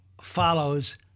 follows